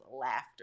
laughter